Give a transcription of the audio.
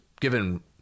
given